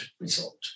result